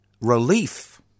relief